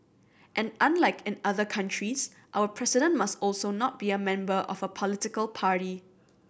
and unlike in other countries our president must also not be a member of a political party